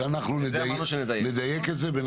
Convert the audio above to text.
ולכן אמרתי שאנחנו נדייק את זה בין